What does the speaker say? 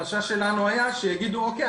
החשש שלנו היה שיגידו, אוקיי.